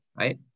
right